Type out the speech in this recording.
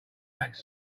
lacks